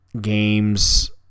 games